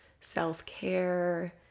self-care